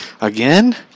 Again